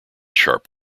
sharp